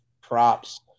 props